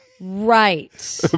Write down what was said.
Right